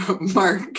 mark